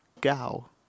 Gao